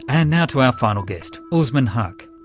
and now to our final guest, usman haque.